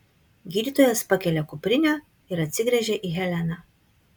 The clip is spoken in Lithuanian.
gydytojas pakelia kuprinę ir atsigręžia į heleną